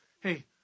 Hey